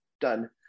done